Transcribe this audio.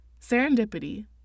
Serendipity